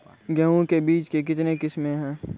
गेहूँ के बीज के कितने किसमें है?